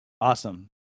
Awesome